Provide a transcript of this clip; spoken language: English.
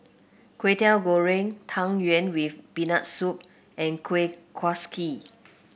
Kwetiau Goreng Tang Yuen with Peanut Soup and Kuih Kaswi